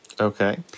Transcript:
Okay